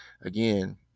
again